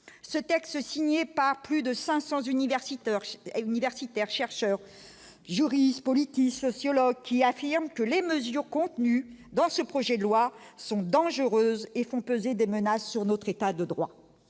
ce texte signé par plus de 500 universités et universitaires, chercheurs, juristes, Politis, sociologue, qui affirme que les mesures contenues dans ce projet de loi sont dangereuses et font peser des menaces sur notre état de droit,